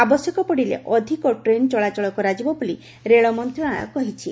ଆବଶ୍ୟକ ପଡ଼ିଲେ ଅଧିକ ଟ୍ରେନ୍ ଚଳାଚଳ କରାଯିବ ବୋଲି ରେଳ ମନ୍ତ୍ରଣାଳୟ କହିଛି